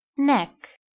Neck